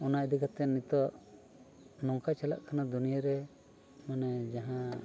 ᱚᱱᱟ ᱤᱫᱤ ᱠᱟᱛᱮᱫ ᱱᱤᱛᱚᱜ ᱱᱚᱝᱠᱟ ᱪᱟᱞᱟᱜ ᱠᱟᱱᱟ ᱫᱩᱱᱤᱭᱟᱹᱨᱮ ᱢᱟᱱᱮ ᱡᱟᱦᱟᱸ